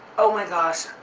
oh my gosh.